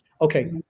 okay